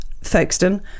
Folkestone